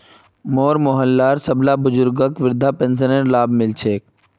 मोर मोहल्लार सबला बुजुर्गक वृद्धा पेंशनेर लाभ मि ल छेक